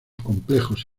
complejos